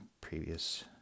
previous